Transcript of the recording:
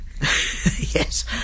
Yes